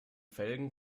felgen